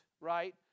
right